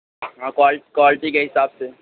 ہاں کوالٹی کے حساب سے